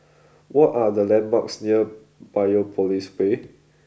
what are the landmarks near Biopolis Way